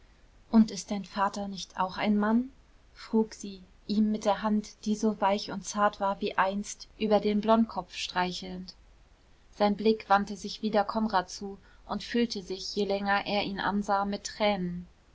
und ist dein vater nicht auch ein mann frug sie ihm mit der hand die so weich und zart war wie einst über den blondkopf streichelnd sein blick wandte sich wieder konrad zu und füllte sich je länger er ihn ansah mit tränen